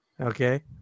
Okay